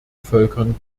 völkern